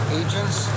agents